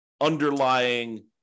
underlying